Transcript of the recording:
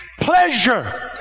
pleasure